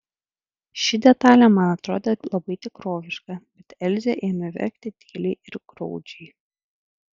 ši detalė man atrodė labai tikroviška bet elzė ėmė verkti tyliai ir graudžiai